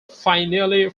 finally